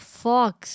fox